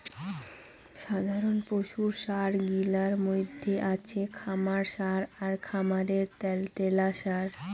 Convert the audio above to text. সাধারণ পশুর সার গিলার মইধ্যে আছে খামার সার বা খামারের ত্যালত্যালা সার